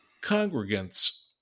congregants